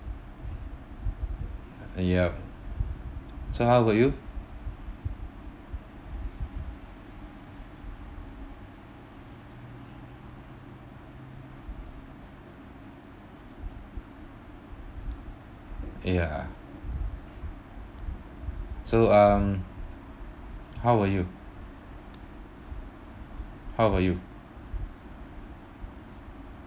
yup so how about you ya so um how about you how about you